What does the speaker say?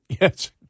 Yes